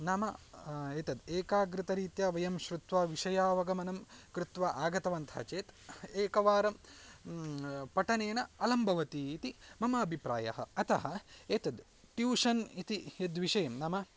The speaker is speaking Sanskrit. नाम एतद् एकाग्रतरीत्या वयं श्रुत्वा विषयावगमनं कृत्वा आगतवन्तः चेत् एकवारं पठनेन अलं भवतीति मम अभिप्रायः अतः एतद् ट्यूषन् इति यद् विषयं नाम